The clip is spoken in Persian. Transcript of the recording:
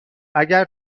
اگر